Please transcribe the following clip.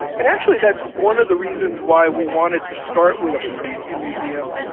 and actually that's one of the reasons why we wanted to start with a preview museum,